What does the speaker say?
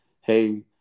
Hey